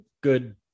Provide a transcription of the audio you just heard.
good